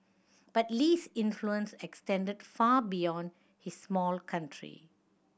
but Lee's influence extended far beyond his small country